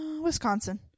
Wisconsin